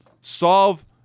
solve